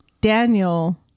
Daniel